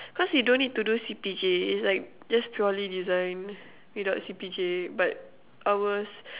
cause you don't need to do C_P_J it's like just purely design without C_P_J but ours